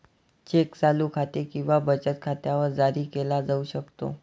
check चालू खाते किंवा बचत खात्यावर जारी केला जाऊ शकतो